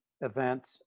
event